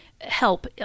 help